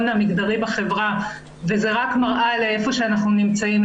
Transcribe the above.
המגדרי בחברה וזה רק מראה לאיפה שאנחנו נמצאים,